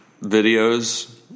videos